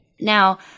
Now